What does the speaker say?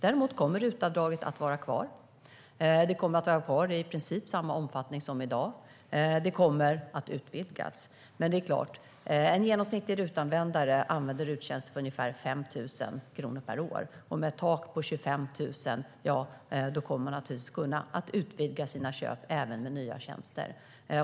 Däremot kommer RUT-avdraget att vara kvar. Det kommer i princip att vara kvar i samma omfattning som i dag, och tjänsterna kommer att utvidgas. En genomsnittlig RUT-användare använder RUT-tjänster för ungefär 5 000 kronor per år. Med ett tak på 25 000 kronor kommer man naturligtvis att kunna utvidga sina köp även med nya tjänster.